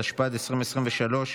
התשפ"ד 2023,